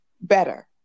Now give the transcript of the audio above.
better